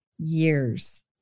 years